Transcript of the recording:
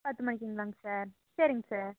பத்து மணிக்குங்களாங் சார் சரிங்க சார்